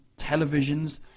televisions